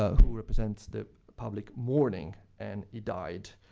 who represents the public mourning, and he died.